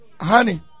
Honey